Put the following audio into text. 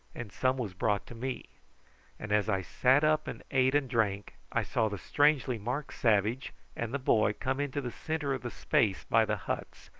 and some was brought to me and as i sat up and ate and drank i saw the strangely-marked savage and the boy come into the centre of the space by the huts,